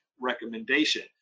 recommendation